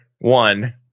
One